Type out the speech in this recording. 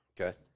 Okay